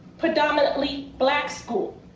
predominantly black school.